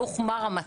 לא הוחמר המצב.